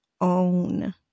own